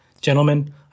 Gentlemen